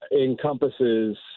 encompasses